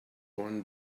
one